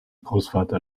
großvater